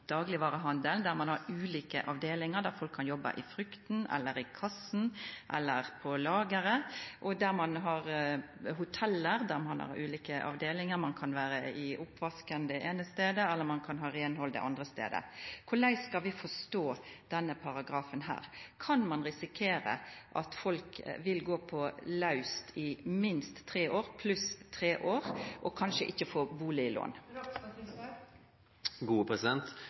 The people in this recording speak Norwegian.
er, der ein har ulike avdelingar og folk kan jobba i frukta, i kassa, eller på lageret, og i hotell, der ein har ulike avdelingar: Ein kan vera i oppvasken den eine staden og ein kan ha reinhaldet den andre staden. Korleis skal ein forstå denne paragrafen? Kan ein risikera at folk vil gå utan fast tilsetjing i minst tre år pluss tre år – og kanskje ikkje